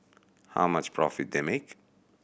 how much profit they make